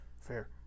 Fair